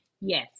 Yes